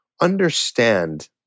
Understand